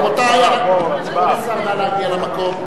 רבותי, אבקש להצביע.